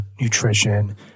nutrition